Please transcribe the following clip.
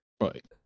right